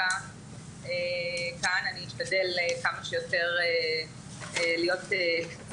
כמו שצוין כאן,